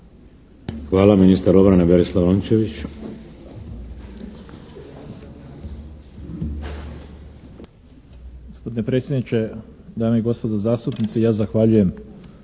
osvrt, ministar obrane Berislav Rončević.